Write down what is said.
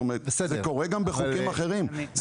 זה קורה גם בחוקים אחרים.